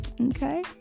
Okay